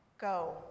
go